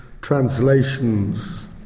translations